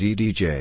Zdj